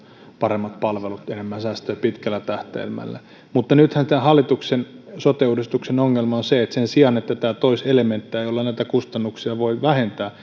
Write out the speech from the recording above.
paremmat palvelut ja enemmän säästöjä pitkällä tähtäimellä mutta nythän tämän hallituksen sote uudistuksen ongelma on se että sen sijaan että tämä toisi elementtejä joilla näitä kustannuksia voi vähentää